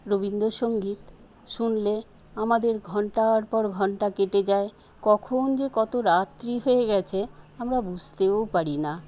রবীন্দ্র সংগীত শুনলে আমাদের ঘন্টার পর ঘন্টা কেটে যায় কখন যে কত রাত্রি হয়ে গেছে আমরা বুঝতেও পারি না